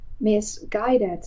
misguided